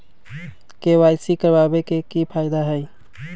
KYC करवाबे के कि फायदा है?